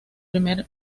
primera